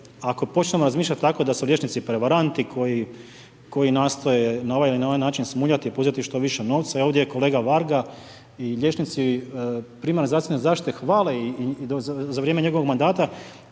ako počnemo razmišljati tako da su liječnici prevaranti koji nastoje na ovaj ili na onaj način smuljati i …/Govornik se ne razumije./… što više novca, ovdje kolega Varga i liječnici primarne zdravstvene zaštite hvale i za vrijeme njegovog mandata,